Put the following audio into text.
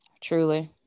Truly